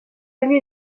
lui